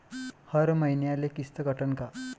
हर मईन्याले किस्त कटन का?